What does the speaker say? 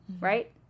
right